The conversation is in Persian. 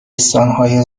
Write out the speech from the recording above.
بستانهای